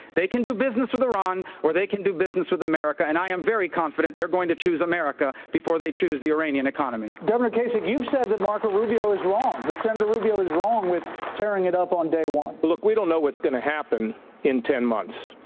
they can do business with iran, or they can do business with america, and i am very confident they're going to choose america before they choose the iranian economy. governor kasich, you've said that marco rubio is wrong. that senator rubio is wrong with tearing it up on day one. but look, we don't know what's going to happen in ten months.